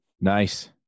Nice